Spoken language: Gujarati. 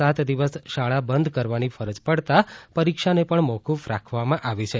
સાત દિવસ શાળા બંધ કરવાની ફરજ પડતાં પરીક્ષાને પણ મોફફ રાખવામાં આવી છે